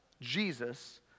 Jesus